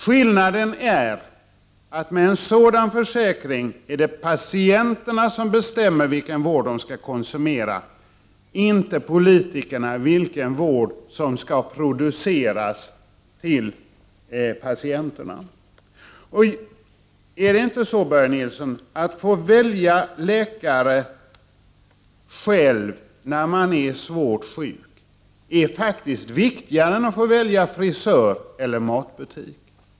Skillnaden är att med en sådan försäkring är det patienterna som bestämmer vilken vård de skall konsumera, inte politikerna vilken vård som skall produceras till patienterna. Är det inte viktigare, Börje Nilsson, att få välja läkare själv när man är sjuk än att få välja frisör eller matbutik?